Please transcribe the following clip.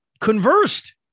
conversed